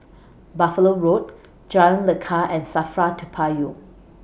Buffalo Road Jalan Lekar and SAFRA Toa Payoh